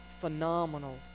phenomenal